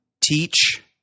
teach